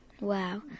Wow